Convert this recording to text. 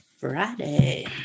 Friday